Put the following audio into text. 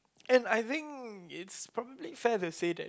and I think it's probably fair to say that